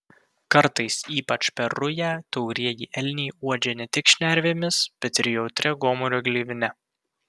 kartais ypač per rują taurieji elniai uodžia ne tik šnervėmis bet ir jautria gomurio gleivine